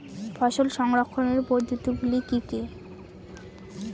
ফসল সংরক্ষণের পদ্ধতিগুলি কি কি?